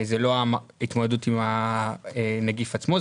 זה לא התמודדות עם הנגיף עצמו.